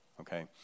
Okay